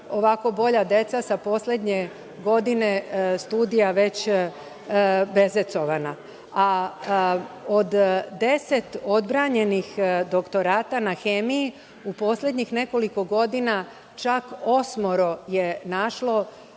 sva bolja deca, sa poslednje godine studija, već bezecovana, a od 10 odbranjenih doktorata na hemiji, u poslednjih nekoliko godina, čak osmoro je našlo